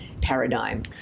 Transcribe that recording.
paradigm